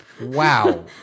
Wow